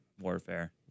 Warfare